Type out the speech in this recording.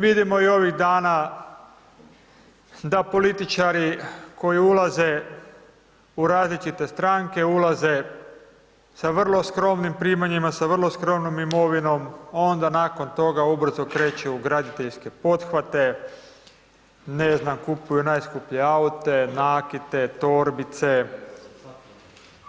Vidimo i ovih dana da političari koji ulaze u različite stranke, ulaze sa vrlo skromnim primanjima, sa vrlo skromnom imovinom, onda nakon toga ubrzo kreću u graditeljske pothvate, ne znam, kupuju najskuplje aute, nakite, torbice,